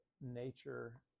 nature